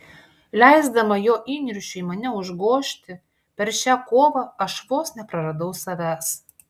leisdama jo įniršiui mane užgožti per šią kovą aš vos nepraradau savęs